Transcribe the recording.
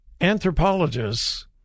Anthropologists